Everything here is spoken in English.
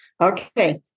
Okay